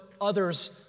others